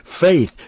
faith